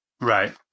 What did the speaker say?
Right